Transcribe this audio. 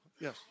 Yes